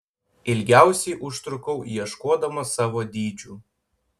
ilgiausiai užtrukau ieškodama savo dydžių